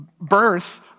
birth